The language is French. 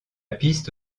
piste